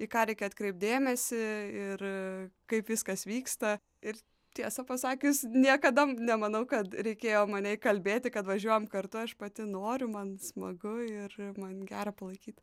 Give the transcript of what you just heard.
į ką reikia atkreipt dėmesį ir kaip viskas vyksta ir tiesą pasakius niekada nemanau kad reikėjo mane įkalbėti kad važiuojam kartu aš pati noriu man smagu ir man gera palaikyt